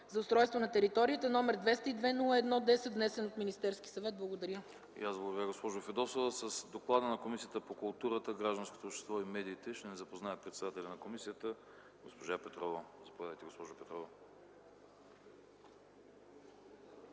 за устройство на територията, № 202-01-10, внесен от Министерския съвет.” Благодаря.